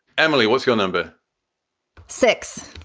emily, what's your number six?